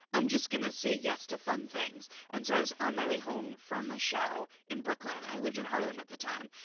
i'm just gonna say yes to fun things and so i was on my way home from a show in brooklyn, i lived in harlem at the time,